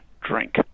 drink